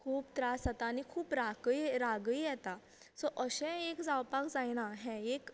खूब त्रास जाता आनी खूब रागकय रागय येता सो अशें एक जावपाक जायना हे एक